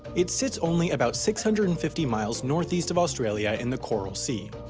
it sits only about six hundred and fifty miles north-east of australia in the coral sea.